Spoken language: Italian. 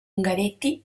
ungaretti